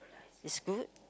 it's good